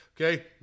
Okay